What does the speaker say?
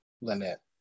Lynette